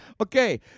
Okay